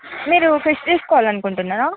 మీరు ఫిష్ తీసుకోవాలి అనుకుంటున్నారా